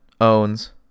owns